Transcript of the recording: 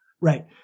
Right